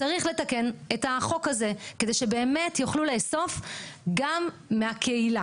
צריך לתקן את החוק הזה כדי שבאמת יוכלו לאסוף גם מהקהילה.